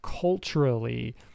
culturally